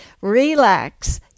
relax